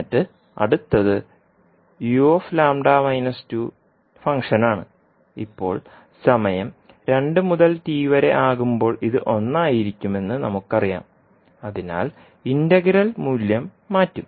എന്നിട്ട് അടുത്തത് uλ 2 ഫംഗ്ഷനാണ് ഇപ്പോൾ സമയം രണ്ട് മുതൽ t വരെയാകുമ്പോൾ ഇത് ഒന്നായിരിക്കുമെന്ന് നമുക്കറിയാം അതിനാൽ ഇന്റഗ്രൽ മൂല്യം മാറ്റും